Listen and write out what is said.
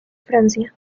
francia